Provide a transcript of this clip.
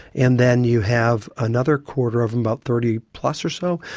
and then you have another quarter of them, about thirty plus or so,